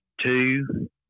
two